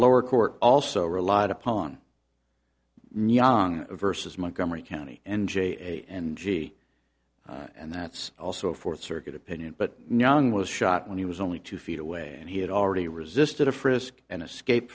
lower court also relied upon myung versus montgomery county and j and g and that's also a fourth circuit opinion but none was shot when he was only two feet away and he had already resisted a frisk and escape